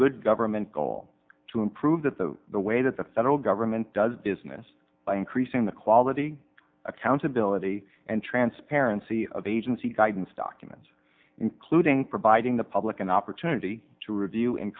good government goal to improve that the the way that the federal government does business by increasing the quality accountability and transparency of agency guidance documents including providing the public an opportunity to review and